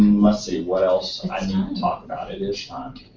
let's see what else i can talk about at this time.